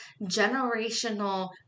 generational